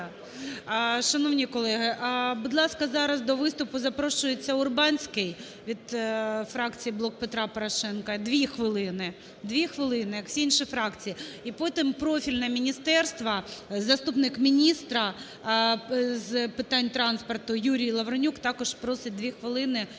Шановні колеги, будь ласка, зараз до виступу запрошується Урбанський від фракції "Блок Петра Порошенка" 2 хвилини. 2 хвилини, як всі інші фракції. І потім профільне міністерство, заступник міністра з питань транспорту Юрій Лавринюк також просить дві хвилини підсумувати